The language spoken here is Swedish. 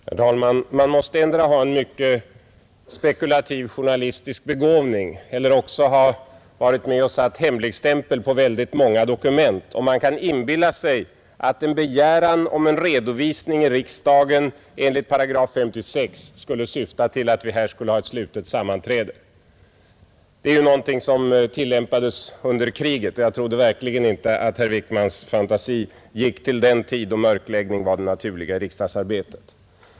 Herr talman! Man måste endera ha en mycket spekulativ journalistisk begåvning eller också ha varit med om att sätta hemligstämpel på väldigt många dokument, om man kan inbilla sig att en begäran om en redovisning i riksdagen enligt § 56 skulle syfta till att vi här skulle ha ett slutet sammanträde. Det är något som tillämpades under kriget, och jag trodde verkligen inte att herr Wickmans fantasi gick till den tid då mörkläggning var det naturliga i riksdagsarbetet.